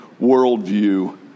worldview